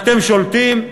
אתם שולטים,